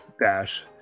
dash